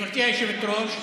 גברתי היושבת-ראש,